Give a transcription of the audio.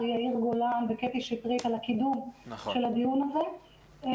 יאיר גולן וקטי שטרית על הקידום של הדיון הזה.